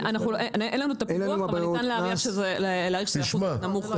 אין לנו את הפילוח אבל ניתן להעריך שזה אחוז נמוך יותר.